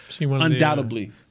undoubtedly –